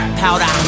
powder